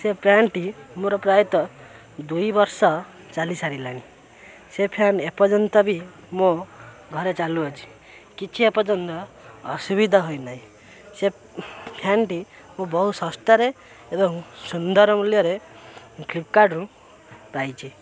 ସେ ଫ୍ୟାନ୍ଟି ମୋର ପ୍ରାୟତଃ ଦୁଇ ବର୍ଷ ଚାଲିସାରିଲାଣି ସେ ଫ୍ୟାନ୍ ଏପର୍ଯ୍ୟନ୍ତ ବି ମୋ ଘରେ ଚାଲୁଅଛି କିଛି ଏପର୍ଯ୍ୟନ୍ତ ଅସୁବିଧା ହୋଇନାହିଁ ସେ ଫ୍ୟାନ୍ଟି ମୁଁ ବହୁ ଶସ୍ତାରେ ଏବଂ ସୁନ୍ଦର ମୂଲ୍ୟରେ ଫ୍ଲିପକାର୍ଟରୁ ପାଇଛି